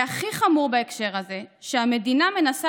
והכי חמור בהקשר הזה הוא שהמדינה מנסה